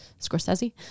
Scorsese